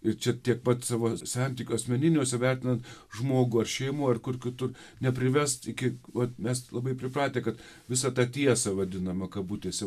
ir čia tiek pat savo santykio asmeniniuose vertinant žmogų ar šeimų ar kur kitur neprivest iki vat mes labai pripratę kad visą tą tiesą vadinamą kabutėse